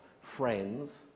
friends